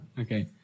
Okay